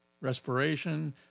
Respiration